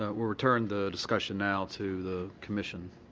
ah we'll return the discussion now to the commission.